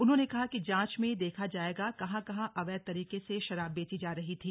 उन्होंने कहा कि जाँच में देखा जाएगा कहाँ कहाँ अवैध तरीके से शराब बेची जा रही थी